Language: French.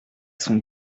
sont